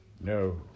No